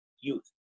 youth